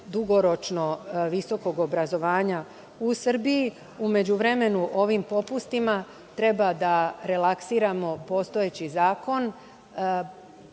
dugoročno visokog obrazovanja u Srbiji.U međuvremenu ovim popustima treba da relaksiramo postojeći zakon.